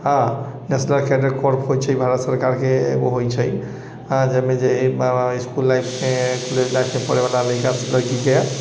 हँ National Cadet Corps होइ छै भारत सरकारके एगो होइ छै हँ एहिमे जे इसकुल लाइफ मे स्टुडेन्ट लाइफ मे पढ़ै बला लइका आओर लड़कीके